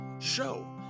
show